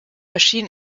erschien